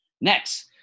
Next